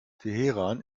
teheran